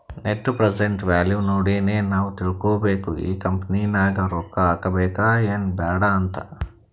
net present value ನೋಡಿನೆ ನಾವ್ ತಿಳ್ಕೋಬೇಕು ಈ ಕಂಪನಿ ನಾಗ್ ರೊಕ್ಕಾ ಹಾಕಬೇಕ ಎನ್ ಬ್ಯಾಡ್ ಅಂತ್